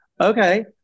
okay